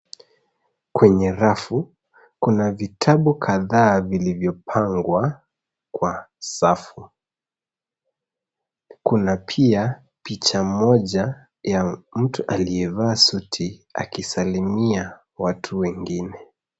Kwenye rafu kuna vitabu kadhaa vilivyopangwa kwa safu. Kuna pia picha moja ya mtu aliyevaasuti akisalimia watu wengine.